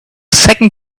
second